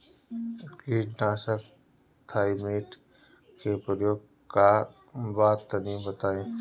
कीटनाशक थाइमेट के प्रयोग का बा तनि बताई?